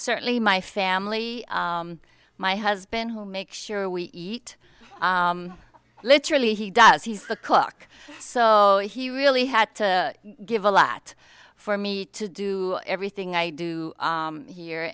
certainly my family my husband who make sure we eat literally he does he's the cook so he really had to give a lot for me to do everything i do here